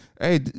hey